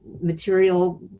material